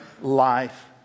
life